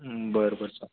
बरं बरं चा